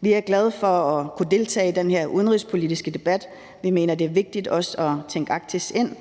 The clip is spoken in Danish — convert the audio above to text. Vi er glade for at kunne deltage i den her udenrigspolitiske debat. Vi mener, at det er vigtigt også at tænke Arktis ind